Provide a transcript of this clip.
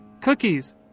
cookies